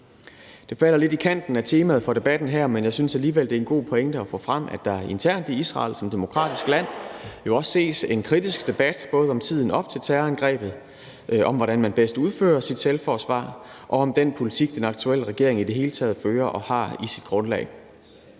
Det falder lidt i kanten af temaet for debatten her, men jeg synes alligevel, det er en god pointe at få frem, at der internt i Israel som demokratisk land jo også ses en kritisk debat både om tiden op til terrorangrebet, om, hvordan man bedst udfører sit selvforsvar, og om den politik, den aktuelle regering i det hele taget fører og har i sit grundlag.